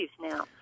now